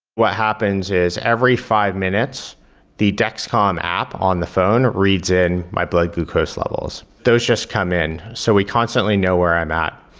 what happens is every five minutes the dexcom app on the phone reads in my blood glucose levels. those just come in, so we constantly know where i'm at.